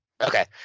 Okay